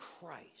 Christ